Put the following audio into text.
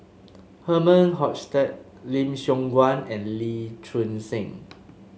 Herman Hochstadt Lim Siong Guan and Lee Choon Seng